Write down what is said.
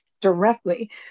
Directly